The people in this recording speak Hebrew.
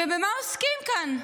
ובמה עוסקים כאן?